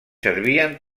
servien